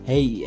Hey